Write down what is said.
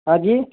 हाँ जी